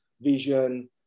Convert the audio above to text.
vision